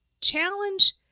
challenge